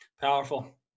Powerful